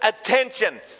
attention